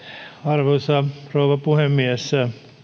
arvoisa rouva puhemies